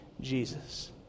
Jesus